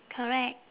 correct